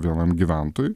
vienam gyventojui